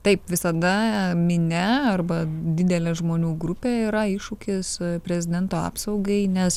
taip visada minia arba didelė žmonių grupė yra iššūkis prezidento apsaugai nes